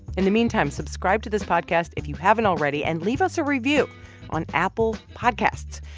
in the meantime, subscribe to this podcast if you haven't already and leave us a review on apple podcasts.